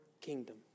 kingdom